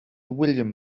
william